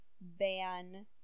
ban